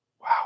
Wow